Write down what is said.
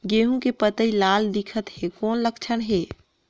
गहूं के पतई लाल दिखत हे कौन लक्षण हे?